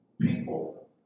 people